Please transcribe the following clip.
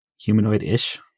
humanoid-ish